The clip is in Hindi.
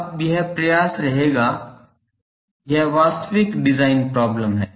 तो अब यह प्रयास करेगा यह वास्तविक डिजाइन प्रॉब्लम है